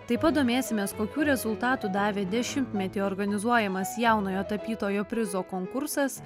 taip pat domėsimės kokių rezultatų davė dešimtmetį organizuojamas jaunojo tapytojo prizo konkursas